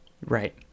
right